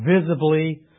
visibly